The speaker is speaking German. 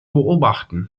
beobachten